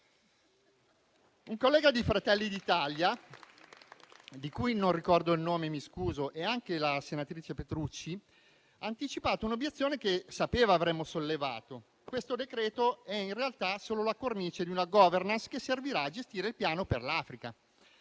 Un collega di Fratelli d'Italia, di cui non ricordo il nome e me ne scuso, assieme alla senatrice Petrucci, hanno anticipato un'obiezione che sapevano avremmo sollevato: questo decreto-legge è in realtà solo la cornice di una *governance* che servirà a gestire il piano per l'Africa.